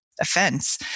offense